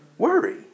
Worry